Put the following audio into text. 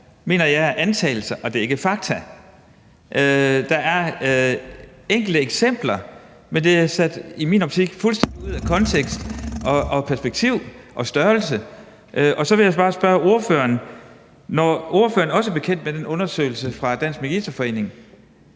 baseret på antagelser og ikke fakta. Der er enkelte eksempler, men det er i min optik taget fuldstændig ud af kontekst, perspektiv og størrelsesorden. Og så vil jeg bare spørge ordføreren: Når ordføreren også er bekendt med den undersøgelse fra Dansk Magisterforening,